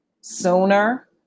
sooner